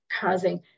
causing